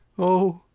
o,